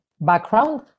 background